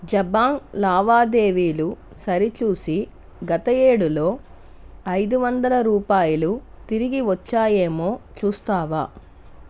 జబాంగ్ లావాదేవీలు సరిచూసి గత యేడులో ఐదు వందల రూపాయలు తిరిగి వచ్చాయేమో చూస్తావా